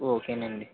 ఓకేనండి